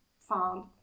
found